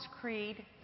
Creed